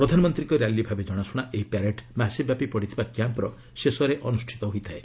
ପ୍ରଧାନମନ୍ତ୍ରୀଙ୍କ ର୍ୟାଲି ଭାବେ ଜଣାଶୁଣା ଏହି ପ୍ୟାରେଡ୍ ମାସେ ବ୍ୟାପି ପଡ଼ିଥିବା କ୍ୟାମ୍ପର ଶେଷରେ ଅନୁଷ୍ଠିତ ହୋଇଥାଏ